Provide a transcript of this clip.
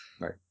Right